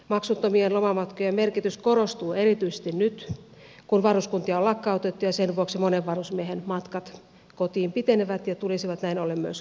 maksuttomien lomamatkojen merkitys korostuu erityisesti nyt kun varuskuntia on lakkautettu ja sen vuoksi monen varusmiehen matkat kotiin pitenevät ja tulisivat näin ollen myös kalliimmiksi